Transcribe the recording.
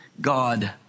God